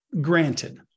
Granted